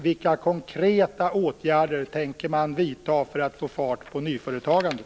Vilka konkreta åtgärder tänker ni vidta för att få fart på nyföretagandet?